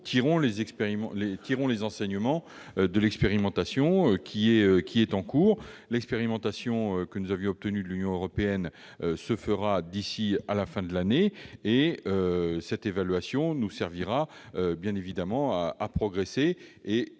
tirer les enseignements de l'expérimentation qui est en cours. L'expérimentation que nous avions obtenue de l'Union européenne se fera d'ici à la fin de l'année. Cette évaluation nous servira bien évidemment à progresser